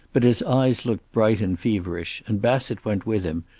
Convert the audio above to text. but his eyes looked bright and feverish, and bassett went with him,